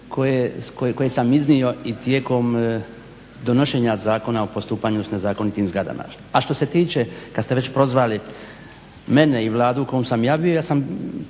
koje sam iznio i tijekom donošenja Zakona o postupanju s nezakonitim zgradama. A što se tiče, kad ste već prozvali mene i Vladu u kojoj sam ja bio, prošle